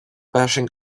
bashing